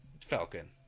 Falcon